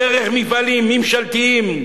דרך מפעלים ממשלתיים,